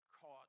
caught